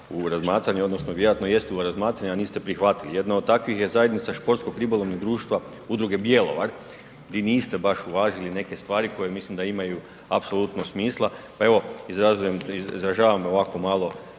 u razmatranje, odnosno vjerojatno jeste u razmatranje a niste prihvatili. Jedna od takvih je zajednica Športskog-ribolovnog društva Udruge Bjelovar gdje niste baš uvažili neke stvari koje mislim da imaju apsolutno smisla. Pa evo izražavam ovako malo